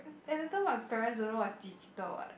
at that time my parents don't know what is digital what